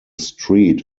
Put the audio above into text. street